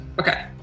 Okay